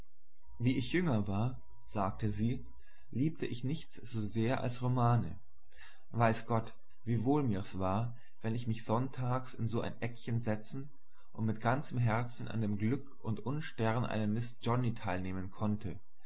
wie ich jünger war sagte sie liebte ich nichts so sehr als romane weiß gott wie wohl mir's war wenn ich mich sonntags in so ein eckchen setzen und mit ganzem herzen an dem glück und unstern einer miß jonny teilnehmen konnte